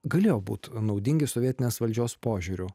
galėjo būt naudingi sovietinės valdžios požiūriu